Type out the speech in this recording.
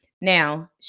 Now